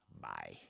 Bye